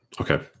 Okay